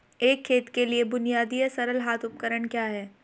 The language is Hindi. एक खेत के लिए बुनियादी या सरल हाथ उपकरण क्या हैं?